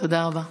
תודה רבה.